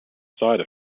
side